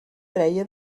reia